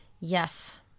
Yes